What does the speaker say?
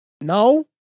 no